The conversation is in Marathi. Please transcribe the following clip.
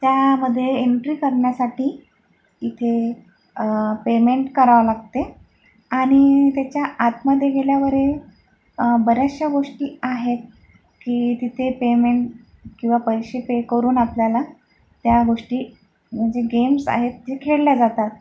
त्यामध्ये एंट्री करण्यासाठी तिथे पेमेंट करावं लागते आणि त्याच्या आतमध्ये गेल्यावर बऱ्याचशा गोष्टी आहेत की तिथे पेमेंट किंवा पैसे पे करून आपल्याला त्या गोष्टी जे गेम्स आहे ते खेळल्या जातात